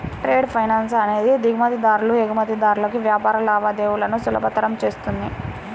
trade finance అనేది దిగుమతిదారులు, ఎగుమతిదారులకు వ్యాపార లావాదేవీలను సులభతరం చేస్తుంది